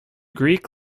greek